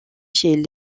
chez